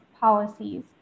policies